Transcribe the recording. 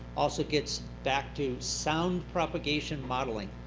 also gets back to sound propagation modeling.